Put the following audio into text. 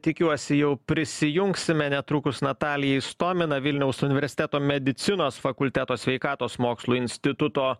tikiuosi jau prisijungsime netrukus natalija istomina vilniaus universiteto medicinos fakulteto sveikatos mokslų instituto